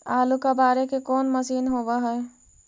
आलू कबाड़े के कोन मशिन होब है?